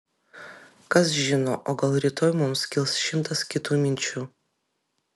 kas žino o gal rytoj mums kils šimtas kitų minčių